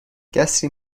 قصری